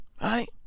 right